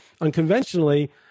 unconventionally